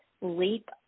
leap